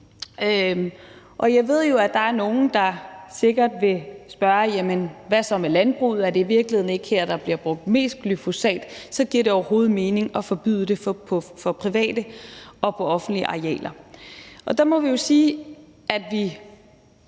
Jeg ved jo, at der er nogle, der sikkert vil spørge: Jamen hvad så med landbruget? Er det i virkeligheden ikke her, der bliver brugt mest glyfosat? Giver det overhovedet mening at forbyde det for private og på offentlige arealer? Der må vi jo sige – må